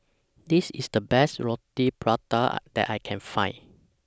This IS The Best Roti Prata that I Can Find